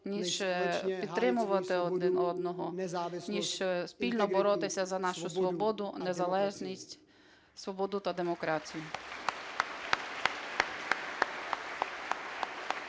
ніж підтримувати один одного, ніж спільно боротися за нашу свободу, незалежність, свободу та демократію.